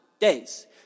Days